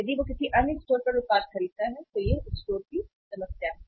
यदि वह किसी अन्य स्टोर पर उत्पाद खरीदता है तो यह स्टोर की समस्या है